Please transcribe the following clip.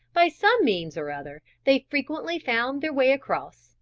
by some means or other, they frequently found their way across,